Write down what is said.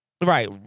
Right